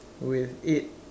with eight